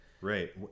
Right